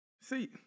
See